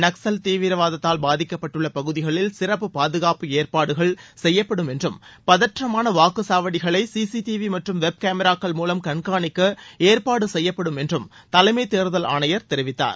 நக்சல் தீவிரவாதத்தால் பாதிக்கப்பட்டுள்ள பகுதிகளில் சிறப்பு பாதுகாப்பு ஏற்பாடுகள் செய்யப்படும் என்றும் பதற்றமான வாக்குச் சாவடிகளை சிசிடிவி மற்றும் வெப் கேமராக்கள் மூலம் கண்காணிக்க ஏற்பாடு செய்யப்படும் என்றும் தலைமை தேர்தல் ஆணையர் தெரிவித்தார்